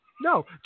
No